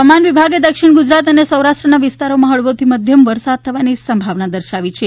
હવામાન વિભાગે દક્ષિણ ગુજરાત તથા સૌરાષ્ટ્રના વિસ્તારોમાં હળવોથી મધ્યમ વરસાદ થવાની સંભાવના દર્શાવી છે